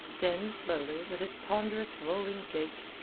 then slowly, with his ponderous, rolling gait,